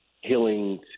healing